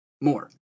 more